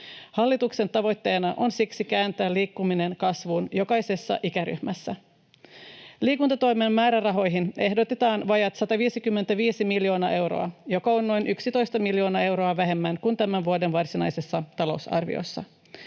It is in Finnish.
Hallituksen tavoitteena on siksi kääntää liikkuminen kasvuun jokaisessa ikäryhmässä. Liikuntatoimen määrärahoihin ehdotetaan vajaat 155 miljoonaa euroa, joka on noin 11 miljoonaa euroa vähemmän kuin tämän vuoden varsinaisessa talousarviossa.